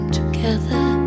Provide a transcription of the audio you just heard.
together